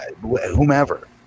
whomever